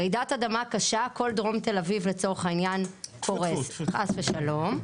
רעידת אדמה קשה כל דרום תל אביב קורס חס ושלום,